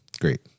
Great